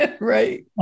Right